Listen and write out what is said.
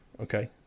okay